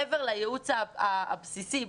מעבר לייעוץ הבסיסי,